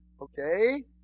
Okay